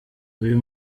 uyu